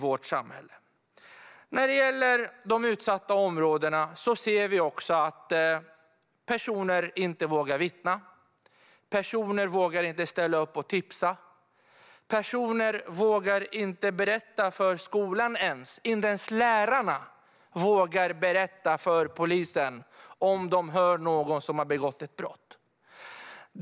Vi ser också att personer i de utsatta områdena inte vågar vittna. Personer vågar inte ställa upp och tipsa. Personer vågar inte berätta för skolan, och inte ens lärarna vågar berätta för polisen om de hör att någon har begått ett brott.